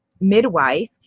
midwife